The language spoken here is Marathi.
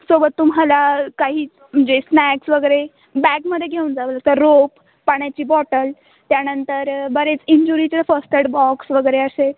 सोबत तुम्हाला काहीच म्हणजे स्नॅक्स वगैरे बॅगमध्ये घेऊन जाऊ आता रोप पाण्याची बॉटल त्यानंतर बरेच इंज्युरीचे फर्स्ट एड बॉक्स वगैरे असे